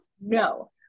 No